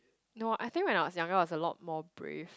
no I think when I was younger I was a lot more brave